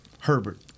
Herbert